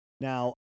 Now